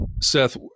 Seth